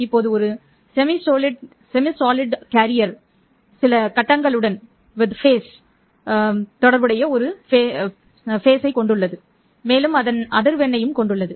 இப்போது ஒரு செமிசோலிட் கேரியரும் சில கட்டங்களுடன் தொடர்புடைய ஒரு கட்டத்தைக் கொண்டுள்ளது மேலும் அதன் அதிர்வெண்ணையும் கொண்டுள்ளது